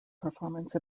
performance